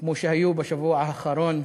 כמו שהיו בשבוע האחרון,